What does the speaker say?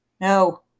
No